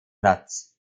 platz